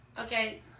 Okay